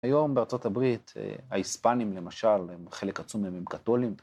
היום בארצות הברית, ההיספנים למשל, חלק עצום מהם הם קתולים.